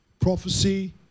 prophecy